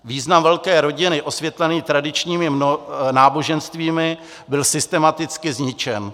Význam velké rodiny osvětlený tradičními náboženstvími byl systematicky zničen.